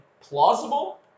plausible